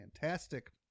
fantastic